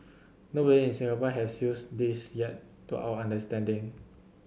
nobody in Singapore has used this yet to our understanding